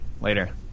Later